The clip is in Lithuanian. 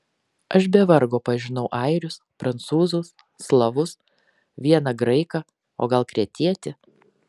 aš be vargo pažinau airius prancūzus slavus vieną graiką o gal kretietį